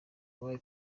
wabaye